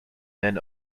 then